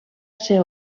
ser